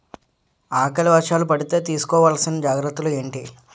ఆకలి వర్షాలు పడితే తీస్కో వలసిన జాగ్రత్తలు ఏంటి?